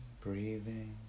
breathing